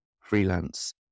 freelance